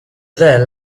there